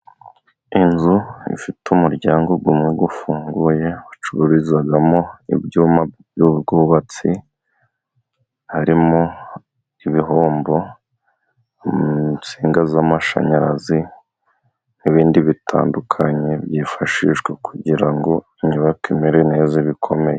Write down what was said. Inzu ifite umuryango umwe ufunguye ucururizwamo ibyuma by'ubwubatsi, harimo ibihombo, insinga z'amashanyarazi n'ibindi bitandukanye byifashishwa kugira ngo inyubako imere neza ibe ikomeye.